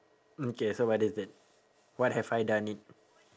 okay so what is it what have I done it